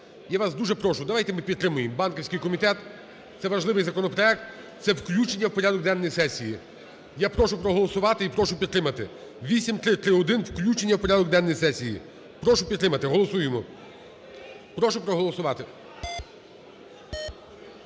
я вас дуже прошу давайте ми підтримуємо банківський комітет, це важливий законопроект, це включення в порядок денний сесії. Я прошу проголосувати і прошу підтримати 8331 – включення в порядок денний сесії. Прошу підтримати, голосуємо. Прошу проголосувати.